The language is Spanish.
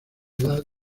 edad